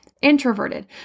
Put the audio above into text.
introverted